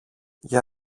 για